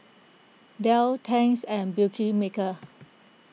Dell Tangs and Beautymaker